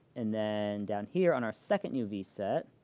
and then down here on our second uv set,